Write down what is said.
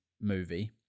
movie